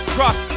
Trust